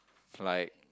like